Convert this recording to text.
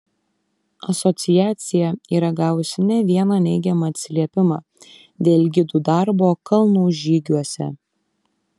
asociacija yra gavusi ne vieną neigiamą atsiliepimą dėl gidų darbo kalnų žygiuose